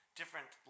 different